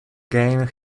game